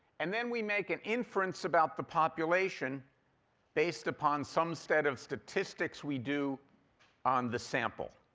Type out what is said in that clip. and then we make an inference about the population based upon some set of statistics we do on the sample.